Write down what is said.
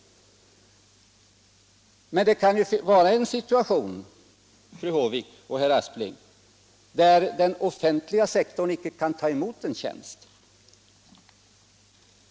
Men det kan ju vara en situation, fru Håvik och herr Aspling, där den offentliga sektorn icke kan ta emot en tjänst.